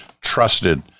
trusted